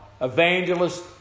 Evangelist